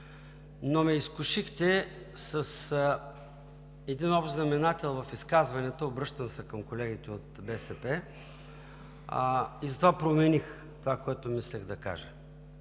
но ме изкушихте с един общ знаменател в изказването, обръщам се към колегите от БСП, и затова промених това, което мислех да кажа.